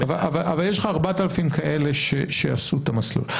אני מבין, אבל יש לך 4,000 כאלה שעשו את המסלול.